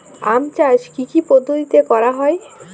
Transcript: আম চাষ কি কি পদ্ধতিতে করা হয়?